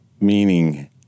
meaning